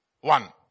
one